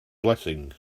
blessing